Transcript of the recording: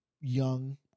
young